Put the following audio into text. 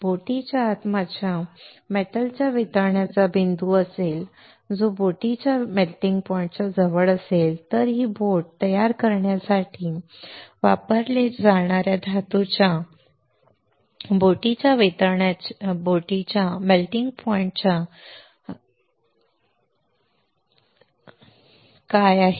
जर या बोटीच्या आत माझ्या धातूचा मेल्टिंग पॉइंट असेल जो मेल्टिंग पॉइंट च्या जवळ असेल तर ही बोट तयार करण्यासाठी वापरल्या जाणार्या धातूच्या बोटीच्या मेल्टिंग पॉइंट चा मेल्टिंग पॉइंट काय आहे